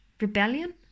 Rebellion